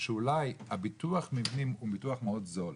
שאולי הביטוח מבנים הוא ביטוח מאוד זול.